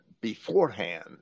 beforehand